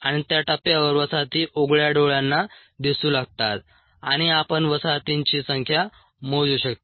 आणि त्या टप्प्यावर वसाहती उघड्या डोळ्यांना दिसू लागतात आणि आपण वसाहतींची संख्या मोजू शकता